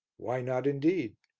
why not indeed?